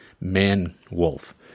man-wolf